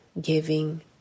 giving